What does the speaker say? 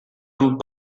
amb